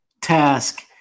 task